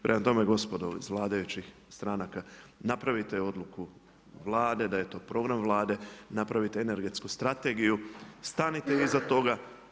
Prema tome gospodo od vladajućih stranaka, napravite odluku Vlade, da je to program vlade, napravite energetsku strategiju, stanite iza toga.